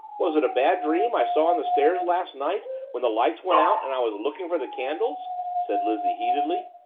was it a bad dream i saw on the stairs last night when the lights went out and i was looking for the candles? said lizzie heatedly.